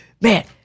man